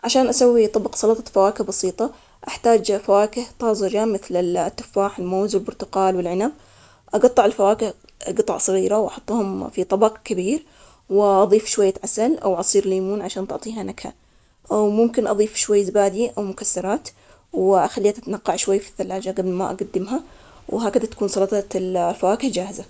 عشان نسوي سلطة فواكه بسيطة ولذيذة، نختار فواكه طازجة ومتنوعة من تفاح وموز وبرتقال. نقطعهم قطع صغيرة ونحطهم في وعاء. ممكن نضيف لهم شوية عصير ليمون عشان ما تسود الفواكه وينتزع شكلها. نزينها بالعسل والمكسرات اللي نحبها نقلبهم شوي, ونصفيهن فطبق ونقدمهم باردين. وبالعافية.